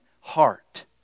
heart